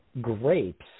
grapes